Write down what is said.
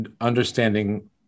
understanding